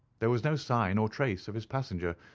there was no sign or trace of his passenger,